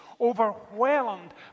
overwhelmed